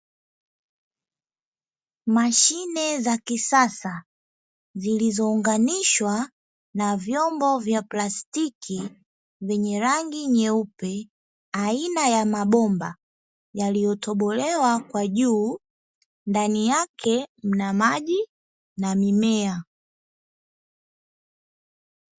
Mashine za kisasa zilizounganishwa na vyombo vya plastiki vyenye rangi nyeupe aina ya mabomba yaliyotobolewa kwa juu, ndani yake mna maji na mimea.